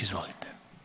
Izvolite.